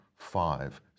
five